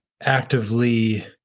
actively